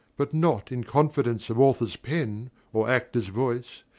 but not in confidence of author's pen or actor's voice,